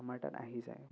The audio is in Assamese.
আমাৰ তাত আহি যায়